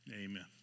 amen